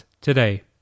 today